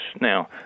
Now